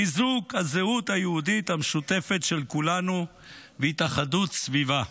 לחיזוק הזהות היהודית המשותפת של כולנו והתאחדות סביבה.